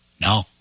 No